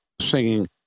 singing